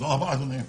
(עבירות קנס)